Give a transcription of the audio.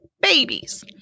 babies